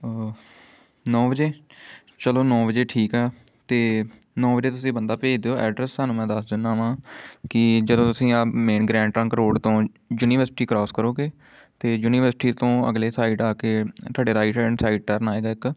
ਨੌ ਵਜੇ ਚਲੋ ਨੌ ਵਜੇ ਠੀਕ ਆ ਅਤੇ ਨੌ ਵਜੇ ਤੁਸੀਂ ਬੰਦਾ ਭੇਜ ਦਿਓ ਐਡਰੈੱਸ ਤੁਹਾਨੂੰ ਮੈਂ ਦੱਸ ਦਿੰਦਾ ਹਾਂ ਕਿ ਜਦੋਂ ਤੁਸੀਂ ਆ ਮੇਨ ਗ੍ਰੈਂਡ ਟਨਕ ਰੋਡ ਤੋਂ ਯੂਨੀਵਰਸਿਟੀ ਕਰੋਸ ਕਰੋਗੇ ਤਾਂ ਯੂਨੀਵਰਸਿਟੀ ਤੋਂ ਅਗਲੇ ਸਾਈਡ ਆ ਕੇ ਤੁਹਾਡੇ ਰਾਈਟ ਹੈਂਡ ਸਾਈਡ ਟਰਨ ਆਏਗਾ ਇੱਕ